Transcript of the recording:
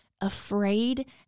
afraid